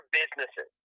businesses